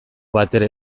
batere